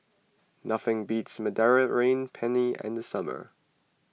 nothing beats Mediterranean Penne in the summer